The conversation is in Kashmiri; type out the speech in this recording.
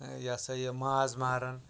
یہِ ہَسا یہِ ماز مارَن